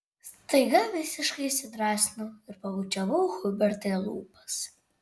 staiga visiškai įsidrąsinau ir pabučiavau hubertą į lūpas